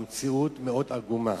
המציאות היא מאוד עגומה.